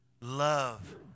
love